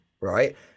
right